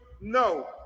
No